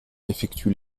effectue